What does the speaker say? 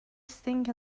single